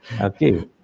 Okay